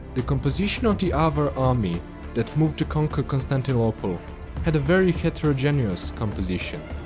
the composition of the avar army that moved to conquer constantinople had a very heterogeneous composition.